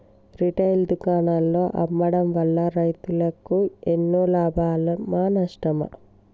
Retail దుకాణాల్లో అమ్మడం వల్ల రైతులకు ఎన్నో లాభమా నష్టమా?